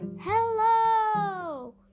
Hello